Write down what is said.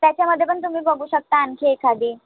त्याच्यामध्ये पण तुमी बघू शकता आणखी एखादी